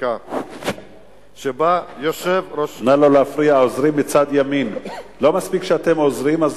לחקיקה שבה יושב, נא לא להפריע, העוזרים מצד ימין.